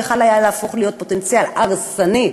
היה יכול להפוך לפוטנציאל הרסני,